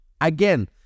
Again